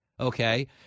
Okay